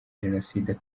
jenoside